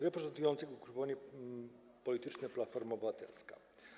reprezentujących ugrupowanie polityczne Platforma Obywatelska.